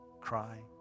Cry